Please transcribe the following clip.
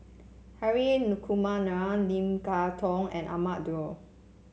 Hri Kumar Nair Lim Kay Tong and Ahmad Daud